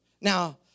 Now